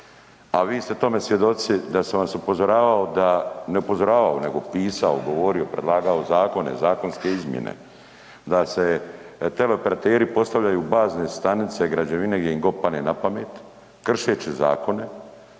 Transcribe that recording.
A vi ste tome svjedoci da sam upozoravao da, ne upozoravao nego pisao, govorio, predlagao zakone, zakonske izmjene da teleoperateri postavljaju bazne stanice građevine gdje god im padne na pamet kršeći zakone.